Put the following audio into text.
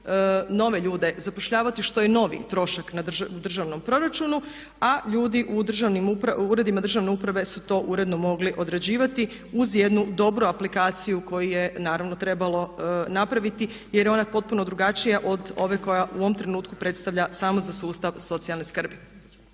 nove ljude zapošljavati što je novi trošak u državnom proračunu a ljudi u državnim, u uredima državne uprave su to uredno mogli odrađivati uz jednu dobru aplikaciju koju je naravno trebalo napraviti jer je ona potpuno drugačija od ove koja u ovom trenutku predstavlja samo za sustav socijalne skrbi.